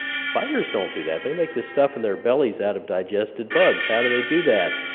spiders don't do that, they make this stuff in their bellies out of digested bugs, how do they do that?